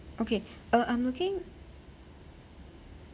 okay uh I'm looking